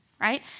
right